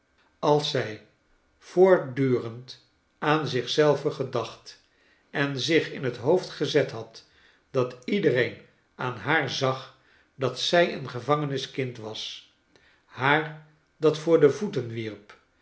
als zij voortdurend aan zich zelve gedacht en zich in het hoofd gezet had dat iedereen het aan haar zag dat zij een gevangeniskind was haar dat voor de voeten wierp